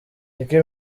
nicki